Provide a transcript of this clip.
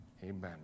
Amen